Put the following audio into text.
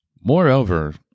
Moreover